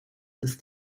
ist